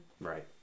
Right